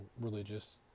religious